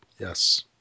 yes